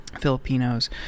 Filipinos